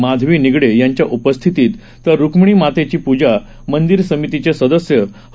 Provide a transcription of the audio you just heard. माधवी निगडे यांच्या उपस्थितीत तर रुक्मिणी मातेची पूजा मंदीर समितीचे सदस्य ह